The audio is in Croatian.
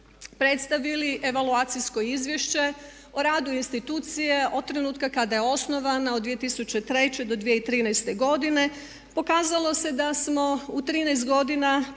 predstavili evaluacijsko izvješće o radu institucije od trenutka kada je osnovano od 2003. do 2013. godine. Pokazalo se da smo u 13 godina